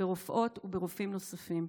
ברופאות וברופאים נוספים.